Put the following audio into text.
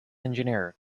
engineer